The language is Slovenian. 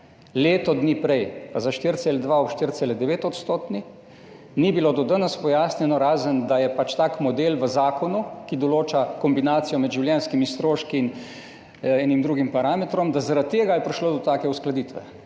leto dni prej pa za 4,2 ob 4,9-odstotni, ni bilo do danes pojasnjeno, razen da je pač tak model v zakonu, ki določa kombinacijo med življenjskimi stroški in enim drugim parametrom, da je zaradi tega prišlo do take uskladitve.